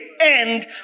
end